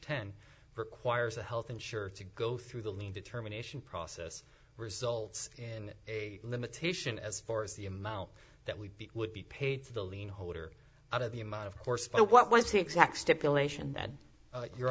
ten requires a health insurer to go through the lean determination process results in a limitation as far as the amount that would be would be paid to the lienholder out of the amount of course but what was the exact stipulation that your